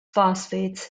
phosphates